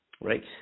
Right